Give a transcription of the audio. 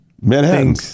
Manhattan